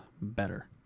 better